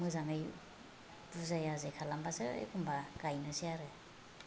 मोजाङै बुजाय आजाय खालामबासो एखम्बा गायनोसै आरो